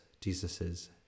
Jesus's